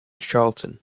charlton